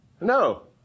No